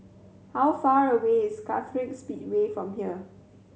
how far away is Kartright Speedway from here